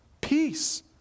peace